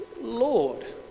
Lord